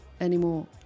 anymore